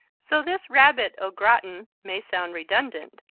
so this rabbit au gratin may sound redundant.